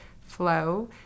flow